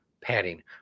padding